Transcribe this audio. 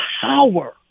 power